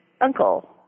uncle